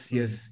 yes